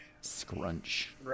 Scrunch